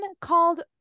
called